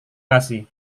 kasih